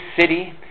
city